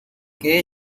que